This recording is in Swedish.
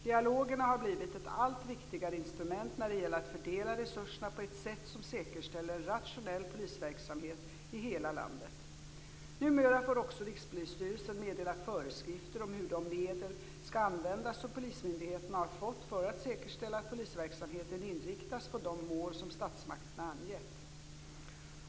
Dialogerna har blivit ett allt viktigare instrument när det gäller att fördela resurserna på ett sätt som säkerställer en rationell polisverksamhet i hela landet. Numera får också Rikspolisstyrelsen meddela föreskrifter om hur de medel skall användas som polismyndigheterna har fått för att säkerställa att polisverksamheten inriktas på de mål som statsmakterna angett.